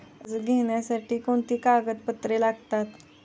कर्ज घेण्यासाठी कोणती कागदपत्रे लागतात?